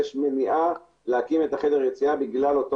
מניעה להקים את חדר היציאה בגלל אותו